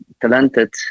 talented